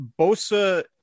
Bosa